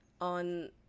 on